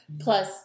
plus